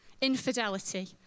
infidelity